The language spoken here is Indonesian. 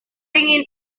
ingin